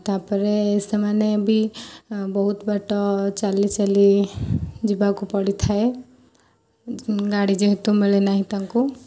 ତା'ପରେ ସେମାନେ ବି ବହୁତ ବାଟ ଚାଲିଚାଲି ଯିବାକୁ ପଡ଼ିଥାଏ ଗାଡ଼ି ଯେହେତୁ ମିଳେନାହିଁ ତାଙ୍କୁ